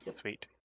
sweet